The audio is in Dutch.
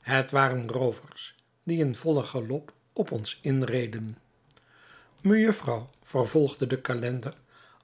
het waren roovers die in vollen galop op ons inreden mejufvrouw vervolgde de calender